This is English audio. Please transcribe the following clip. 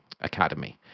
academy